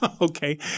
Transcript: Okay